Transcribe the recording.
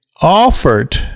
offered